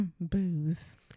booze